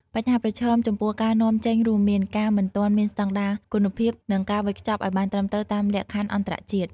បញ្ហាប្រឈមចំពោះការនាំចេញរួមមាន ការមិនទាន់មានស្តង់ដារគុណភាព និងការវេចខ្ចប់ឲ្យបានត្រឹមត្រូវតាមលក្ខខណ្ឌអន្តរជាតិ។